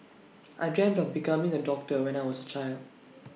I dreamt of becoming A doctor when I was A child